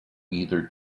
either